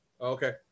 Okay